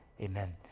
amen